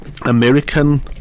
American